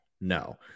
No